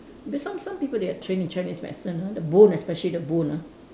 there's some some people they are trained in Chinese medicine ah the bone especially the bone ah